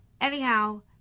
anyhow